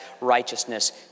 righteousness